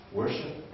worship